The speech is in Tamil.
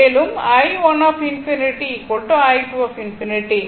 மேலும் i1∞ i3∞